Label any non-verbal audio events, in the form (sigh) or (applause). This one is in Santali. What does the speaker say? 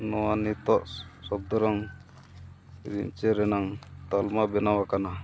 ᱱᱚᱣᱟ ᱱᱤᱛᱚᱜ ᱥᱩᱫᱽᱨᱚᱢ (unintelligible) ᱨᱮᱱᱟᱜ ᱛᱟᱞᱢᱟ ᱵᱮᱱᱟᱣ ᱟᱠᱟᱱᱟ